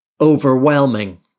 overwhelming